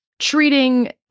treating